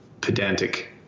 pedantic